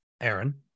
Aaron